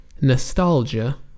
nostalgia